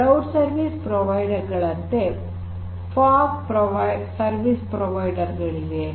cloud service provider ಗಳಂತೆ fog service provider ಗಳಿವೆ